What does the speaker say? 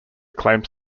claims